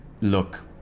look